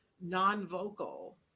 non-vocal